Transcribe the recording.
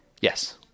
Yes